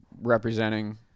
representing